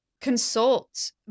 consult